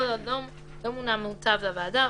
כל עוד לא מונה מותב לוועדה,